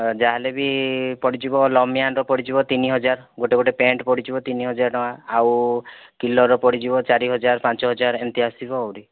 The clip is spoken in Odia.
ହଁ ଯାହେଲେ ବି ପଡ଼ିଯିବ ଲମ୍ୟାଣ୍ଡର ପଡ଼ିଯିବ ତିନି ହଜାର ଗୋଟେ ଗୋଟେ ପ୍ୟାଣ୍ଟ ପଡ଼ିଯିବ ତିନି ହଜାର ଟଙ୍କା ଆଉ କିଲରର ପଡ଼ିଯିବ ଚାରି ହଜାର ପାଞ୍ଚ ହଜାର ଏମିତି ଆସିବ ଆହୁରି